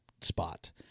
spot